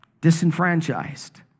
disenfranchised